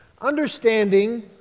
Understanding